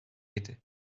idi